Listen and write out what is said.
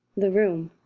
the room.